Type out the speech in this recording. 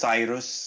Cyrus